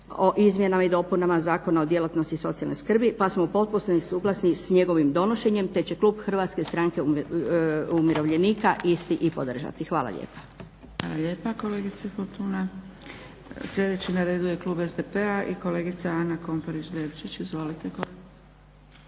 o izmjenama i dopunama Zakona o djelatnosti socijalne skrbi pa smo u potpunosti suglasni s njegovim donošenjem te će klub Hrvatske stranke umirovljenika isti i podržati. Hvala lijepa.